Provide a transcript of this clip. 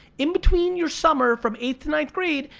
in between your summer from eighth to ninth grade,